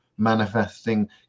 manifesting